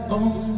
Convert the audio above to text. on